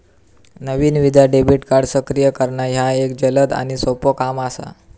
नवीन visa debit card सक्रिय करणा ह्या एक जलद आणि सोपो काम असा